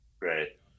right